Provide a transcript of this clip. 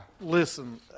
Listen